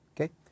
okay